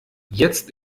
jetzt